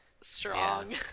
strong